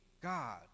God